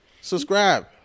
subscribe